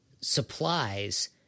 supplies